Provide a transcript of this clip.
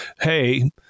Hey